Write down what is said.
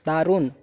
দারুণ